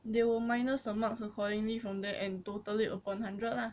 they will minus the marks accordingly from there and total it upon hundred lah